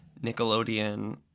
Nickelodeon